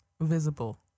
visible